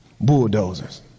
Bulldozers